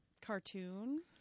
cartoon